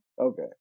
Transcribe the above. Okay